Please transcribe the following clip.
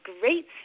great